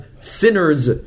sinners